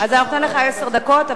אני נותנת לך עשר דקות,